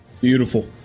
Beautiful